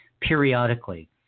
periodically